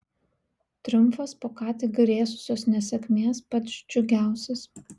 triumfas po ką tik grėsusios nesėkmės pats džiugiausias